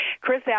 Chris